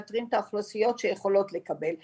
מאתרים את האוכלוסיות שיכולות לקבל.